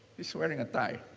he's wearing a tie.